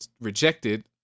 rejected